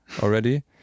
already